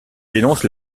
dénonce